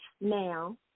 now